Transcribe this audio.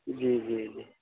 جی جی جی